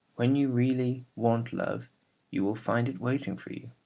when you really want love you will find it waiting for you.